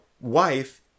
wife